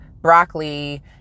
broccoli